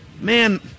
man